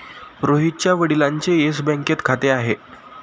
रोहितच्या वडिलांचे येस बँकेत खाते आहे